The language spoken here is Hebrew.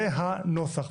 זה הנוסח.